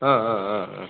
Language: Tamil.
ஆ ஆ ஆ ஆ